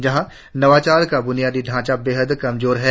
जहा नवाचार का बुनियादी ढांचा बेहद कमजोर है